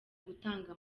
gutanga